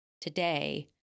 today